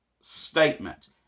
statement